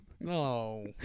No